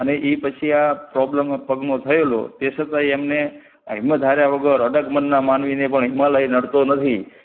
અને એ પછી આ પ્રોબ્લેમ પગનો થયેલો એ છતાં એમણે આ હિમ્મત હાર્યા વગર અડગ મનનાં માનવીને પણ હિમાલય નડતો નથી